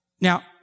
Now